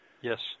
Yes